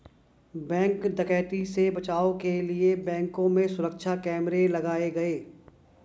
bank डकैती से बचाव के लिए बैंकों में सुरक्षा कैमरे लगाये गये